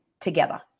together